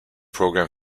program